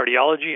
cardiology